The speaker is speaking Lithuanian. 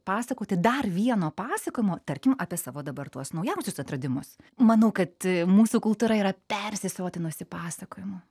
pasakoti dar vieno pasakojimo tarkim apie savo dabar tuos naujausius atradimus manau kad mūsų kultūra yra persisotinusi pasakojimų